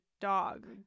dog